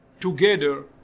together